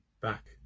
back